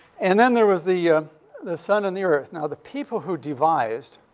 and then there was the the sun and the earth. now, the people who devised